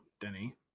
Denny